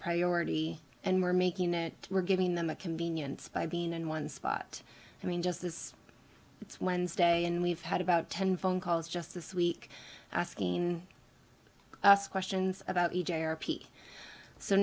priority and we're making it we're giving them a convenience by being in one spot i mean just this it's wednesday and we've had about ten phone calls just this week asking us questions about e